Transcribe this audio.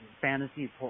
fantasy